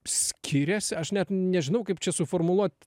skiriasi aš net nežinau kaip čia suformuluot